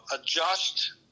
adjust